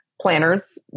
planners